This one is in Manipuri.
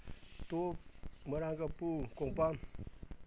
ꯇꯣꯞ ꯃꯣꯏꯔꯥꯡ ꯀꯝꯄꯨ ꯀꯣꯡꯄꯥꯜ